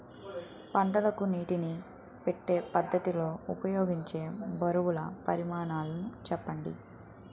పంటలకు నీటినీ పెట్టే పద్ధతి లో ఉపయోగించే బరువుల పరిమాణాలు చెప్పండి?